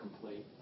complete